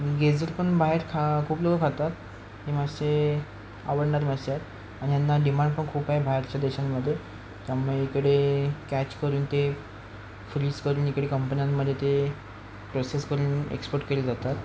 गेझर पण बाहेर खा खूप लोक खातात हे मासे आवडणारे मासे आहेत आणि ह्यांना डिमांड पण खूप आहे बाहेरच्या देशांमध्ये त्यामुळे इकडे कॅच करून ते फ्रीज करून इकडे कंपन्यांमध्ये ते प्रोसेस करून एक्सपोर्ट केले जातात